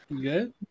good